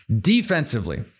Defensively